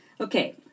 Okay